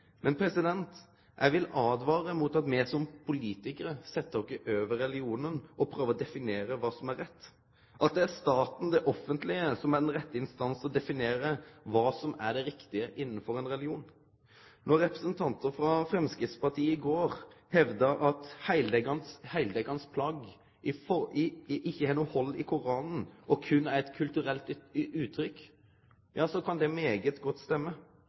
eg vil åtvare mot at me som politikarar set oss over religionen og prøver å definere kva som er rett, at det er staten, det offentlege, som er den rette instansen til å definere kva som er det riktige innanfor ein religion. Då representantar frå Framstegspartiet i går hevda at heildekkjande plagg ikkje har noko hald i Koranen og berre er eit kulturelt uttrykk, kan det godt stemme,